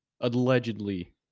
allegedly